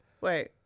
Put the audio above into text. Wait